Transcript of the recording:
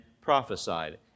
prophesied